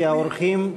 כי האורחים שלנו,